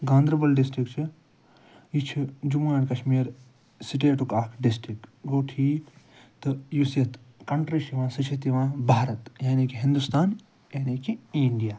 Ganderbal district چھُ یہِ چھُ جموں اینٛڈ کشمیٖر سِٹیٹُک اَکھ ڈِسٹِرٛک گوٚو ٹھیٖک تہٕ یۄس یَتھ کنٹرٛی چھِ یِوان سۄ چھِ یَتھ یِوان بھارَت یعنی کہِ ہنٛدوستان یعنی کہِ اِنٛڈِیا